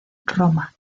roma